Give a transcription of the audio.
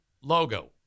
logo